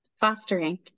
Fostering